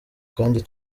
kandi